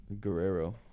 Guerrero